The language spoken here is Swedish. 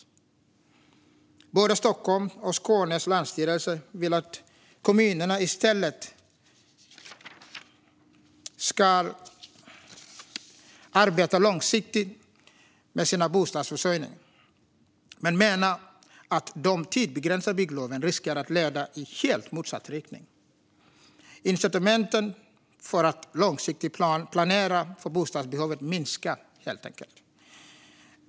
Länsstyrelserna i både Stockholm och Skåne vill att kommunerna i stället ska arbeta långsiktigt med sin bostadsförsörjning men menar att de tidsbegränsade byggloven riskerar att leda i helt motsatt riktning. Incitamenten för att långsiktigt planera för bostadsbehovet minskar, helt enkelt.